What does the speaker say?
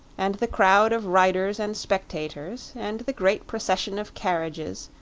and the crowd of riders and spectators, and the great procession of carriages,